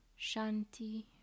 Shanti